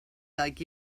like